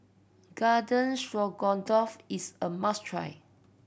Garden Stroganoff is a must try